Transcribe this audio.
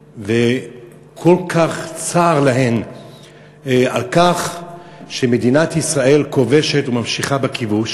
וכל כך צר להן על כך שמדינת ישראל כובשת וממשיכה בכיבוש,